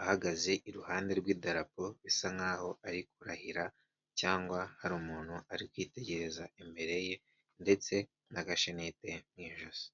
ahagaze iruhande rw'idarapo bisa nkaho ari kurahira cyangwa hari umuntu ari kwitegereza imbere ye ndetse n'agashenete mu ijosi.